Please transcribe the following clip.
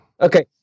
Okay